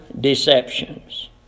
deceptions